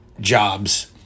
jobs